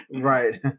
Right